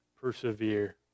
persevere